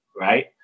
right